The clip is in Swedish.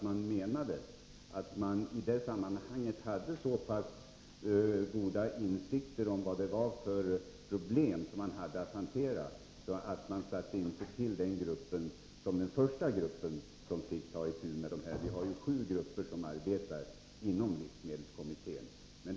Man menade att man hade så pass goda insikter om vilka problem som skulle hanteras i det sammanhanget att denna grupp inte tillsattes som första grupp att ta itu med dessa frågor — vi har ju sju grupper som arbetar inom livsmedelskommittén.